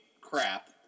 crap